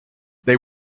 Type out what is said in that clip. they